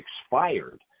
expired